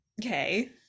okay